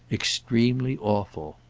extremely awful.